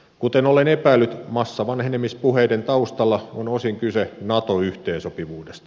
kuten olen epäillyt massavanhenemispuheiden taustalla on osin kyse nato yhteensopivuudesta